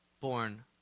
born